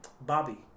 Bobby